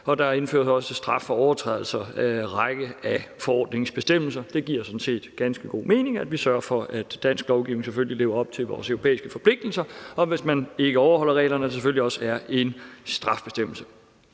og der indføres også straf for overtrædelser af en række af forordningens bestemmelser. Det giver sådan set ganske god mening, at vi sørger for, at dansk lovgivning selvfølgelig lever op til vores europæiske forpligtelser, og at der, hvis man ikke overholder reglerne, selvfølgelig også er en straffebestemmelse.